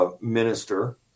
minister